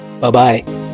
bye-bye